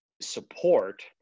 support